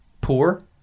poor